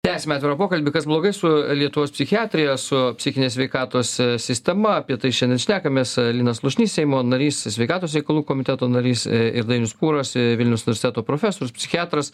tęsiam atvirą pokalbį kas blogai su lietuvos psichiatrija su psichinės sveikatos sistema apie tai šiandien šnekamės linas slušnys seimo narys sveikatos reikalų komiteto narys ir dainius pūras vilniaus universiteto profesorius psichiatras